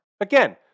Again